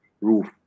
roof